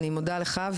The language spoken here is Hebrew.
אני מודה לך.